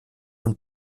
von